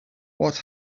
what